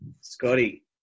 Scotty